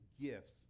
gifts